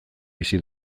bizi